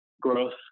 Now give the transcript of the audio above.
growth